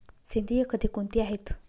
सेंद्रिय खते कोणती आहेत?